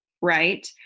right